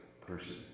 person